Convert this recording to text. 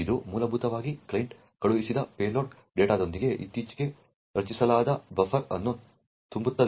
ಇದು ಮೂಲಭೂತವಾಗಿ ಕ್ಲೈಂಟ್ ಕಳುಹಿಸಿದ ಪೇಲೋಡ್ ಡೇಟಾದೊಂದಿಗೆ ಇತ್ತೀಚೆಗೆ ರಚಿಸಲಾದ ಬಫರ್ ಅನ್ನು ತುಂಬುತ್ತದೆ